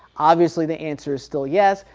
obviously the answer is still yes.